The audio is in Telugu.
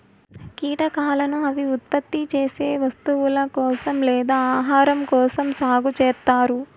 కీటకాలను అవి ఉత్పత్తి చేసే వస్తువుల కోసం లేదా ఆహారం కోసం సాగు చేత్తారు